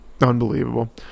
Unbelievable